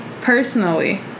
personally